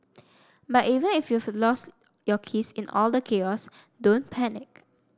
but even if you've lost your keys in all the chaos don't panic